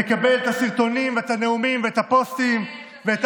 בסוף נקבל את הסרטונים ואת הנאומים ואת הפוסטים ואת